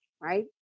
right